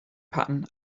pattern